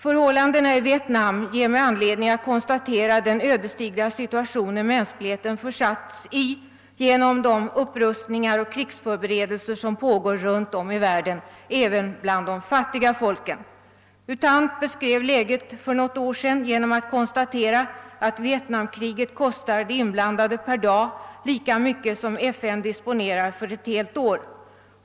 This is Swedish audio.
Förhållandena i Vietnam ger mig anledning att konstatera vilken ödesdiger situation som mänskligheten har försatts i genom de upprustningar och krigsförberedelser som pågår runt om i världen, även bland de fattiga folken. U Thant beskrev för något år sedan läget genom att konstatera att Vietnamkriget kostade de inblandade lika mycket per dag som FN disponerar för ett helt år.